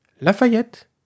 Lafayette